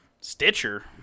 Stitcher